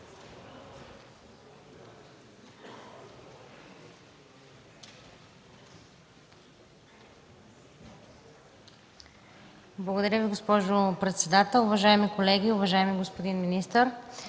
Уважаема госпожо председател, уважаеми колеги, уважаеми господин министър